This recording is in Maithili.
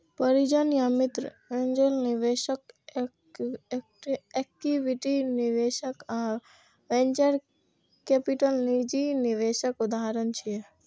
परिजन या मित्र, एंजेल निवेशक, इक्विटी निवेशक आ वेंचर कैपिटल निजी निवेशक उदाहरण छियै